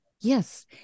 Yes